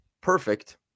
perfect